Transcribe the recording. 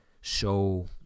show